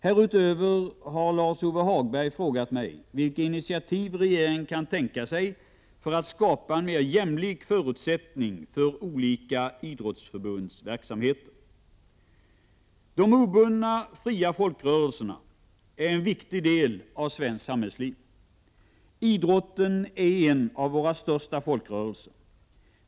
Härutöver har Lars-Ove Hagberg frågat mig vilka initiativ regeringen kan tänka sig för att skapa en mer jämlik förutsättning för olika — Prot. 1988/89:19 idrottsförbunds verksamheter. 8 november 1988 De obundna, fria folkrörelserna är en viktig del av svenskt samhällsliv. 7 HH Idrotten är en av våra största folkrörelser.